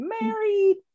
married